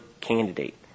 candidate